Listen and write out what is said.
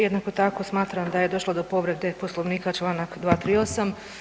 Jednako tako smatram da je došlo do povrede Poslovnika, čl. 238.